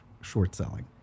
short-selling